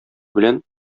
белән